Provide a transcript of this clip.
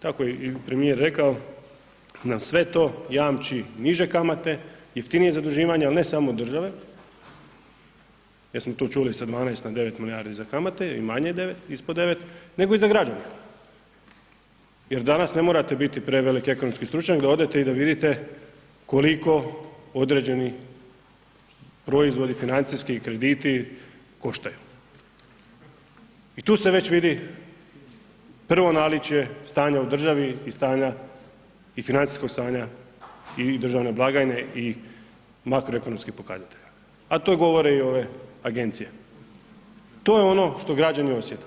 Tako je i premijer rekao, da nam sve to jamči niže kamate, jeftinije zaduživanje, al ne samo od države jer smo tu čuli sa 12 na 9 milijardi za kamate i manje od 9, ispod 9, nego i za građane jer danas ne morate biti preveliki ekonomski stručnjak da odete i da vidite koliko određeni proizvodi financijski i krediti koštaju i tu se već vidi prvo naličje stanja u državi i stanja i financijskog stanja i državne blagajne i makroekonomskih pokazatelja, a to govore i ove agencije, to je ono što građani osjete,